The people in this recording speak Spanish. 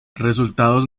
resultados